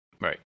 Right